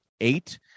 eight